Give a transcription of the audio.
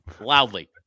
loudly